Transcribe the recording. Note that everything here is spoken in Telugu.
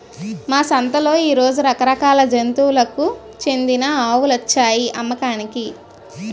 మా సంతలో ఈ రోజు రకరకాల జాతులకు చెందిన ఆవులొచ్చాయి అమ్మకానికి